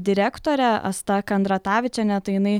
direktore asta kandratavičiene tai inai